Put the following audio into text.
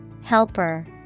Helper